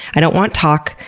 i don't want talk,